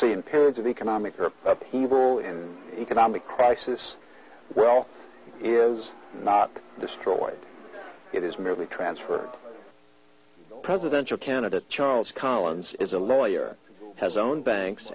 see in periods of economic or upheaval in economic crisis well it is not destroyed it is merely transfer presidential candidate charles collins is a lawyer who has owned banks